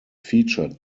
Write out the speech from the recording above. featured